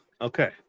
Okay